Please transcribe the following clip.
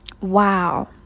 Wow